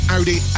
Audi